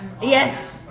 Yes